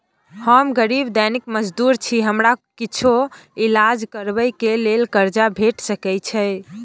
हम गरीब दैनिक मजदूर छी, हमरा कुछो ईलाज करबै के लेल कर्जा भेट सकै इ?